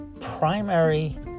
primary